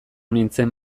nintzen